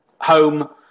home